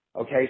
Okay